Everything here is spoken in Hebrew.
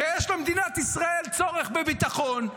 כשיש למדינת ישראל צורך בביטחון,